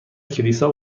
کلیسا